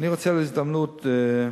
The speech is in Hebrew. אני רוצה לנצל הזדמנות זו